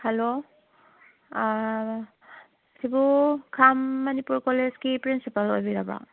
hello ꯑꯁꯤꯕꯨ ꯈꯥ Manipur college ꯀꯤ ꯄ꯭ꯔꯤꯟꯁꯤꯄꯜ ꯑꯣꯏꯕꯤꯔꯕ꯭ꯔꯣ